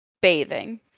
bathing